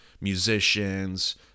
musicians